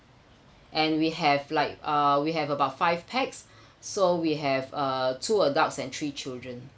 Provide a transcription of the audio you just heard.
and we have like uh we have about five pax so we have uh two adults and three children